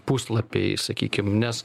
puslapiai sakykim nes